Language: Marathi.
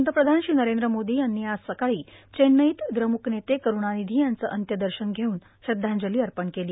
पंतप्रधान श्री नरेंद्र मोदी यांनी आज सकाळी चेन्नईत द्रमुक नेते करूणानिधी यांचं अंत्यदर्शन घेऊन श्रद्धांजली अर्पण केली